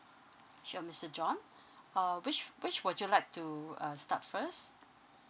sure mister john uh which which would you like to uh start first